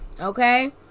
okay